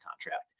contract